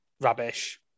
rubbish